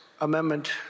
Amendment